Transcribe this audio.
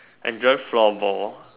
I enjoy floor ball